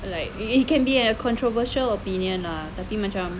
like it can be a controversial opinion tapi macam